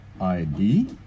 ID